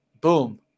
boom